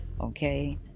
Okay